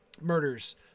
murders